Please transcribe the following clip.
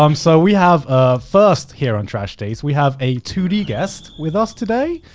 um so we have ah first here on trash taste. we have a two d guest with us today.